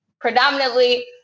predominantly